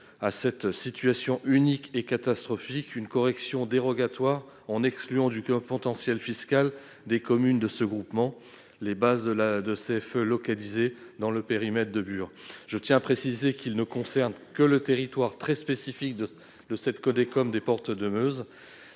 à cette situation unique et catastrophique une correction dérogatoire, en excluant du calcul du potentiel fiscal des communes de ce groupement les bases de CFE localisées dans le périmètre de Bure. Je tiens à préciser que cette disposition ne concerne que ce territoire très spécifique de la communauté de communes des Portes de Meuse.